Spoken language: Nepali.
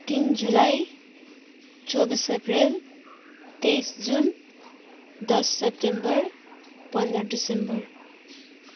तिन जुलाई चौबिस अप्रेल तेइस जुन दस सेप्टेम्बर पन्ध्र डिसेम्बर